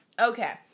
Okay